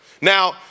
Now